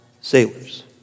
sailors